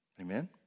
Amen